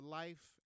life